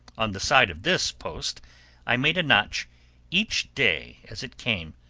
on the side of this post i made a notch each day as it came,